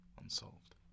unsolved